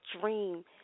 Dream